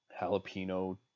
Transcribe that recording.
jalapeno